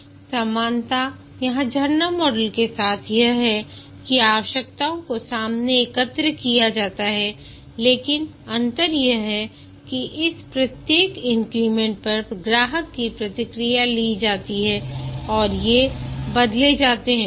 समानता यहाँ झरना मॉडल के साथ यह है कि आवश्यकताओं को सामने एकत्र किया जाता है लेकिन अंतर यह है कि इस प्रत्येक इन्क्रीमेंट पर ग्राहक की प्रतिक्रिया ली जाती है और ये बदले जाते हैं